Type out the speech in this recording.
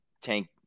Tank